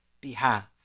behalf